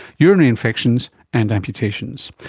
urinary infections and amputations.